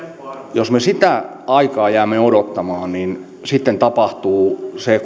jos me sitä aikaa jäämme odottamaan niin sitten tapahtuu se